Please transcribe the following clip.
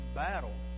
battle